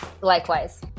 Likewise